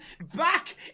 back